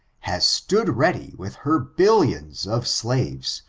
has stood ready with her billions of slaves,